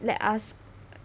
let us